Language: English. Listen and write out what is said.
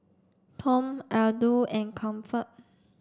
Tom Aldo and Comfort